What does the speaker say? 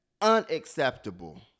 unacceptable